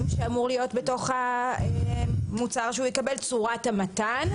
אני מטופל קנביס פוסט-טראומטי מורכב מילדות,